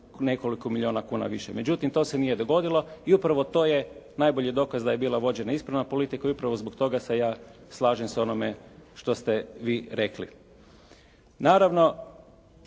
nekoliko milijuna kuna više. Međutim to se nije dogodilo i upravo to je najbolji dokaz da je bila vođena ispravna politika i upravo zbog toga se ja slažem s onime što ste vi rekli. Naravno